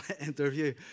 interview